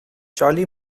charlie